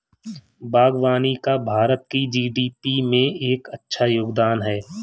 बागवानी का भारत की जी.डी.पी में एक अच्छा योगदान है